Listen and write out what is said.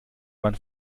man